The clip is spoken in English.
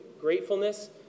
gratefulness